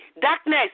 darkness